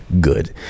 Good